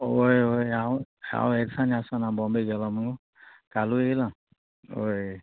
वोय वोय हांव हांव एदिसांनी आसना बॉम्बे गेलो म्हणून कालूय येयला वोय